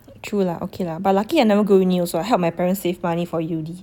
true lah okay lah but lucky I never go uni also help my parents save money for julie